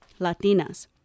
Latinas